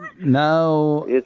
Now